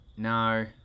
No